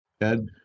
Ed